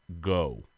go